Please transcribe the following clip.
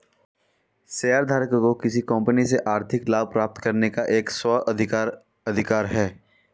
शेयरधारकों को किसी कंपनी से आर्थिक लाभ प्राप्त करने का एक स्व अधिकार अधिकार है